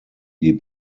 die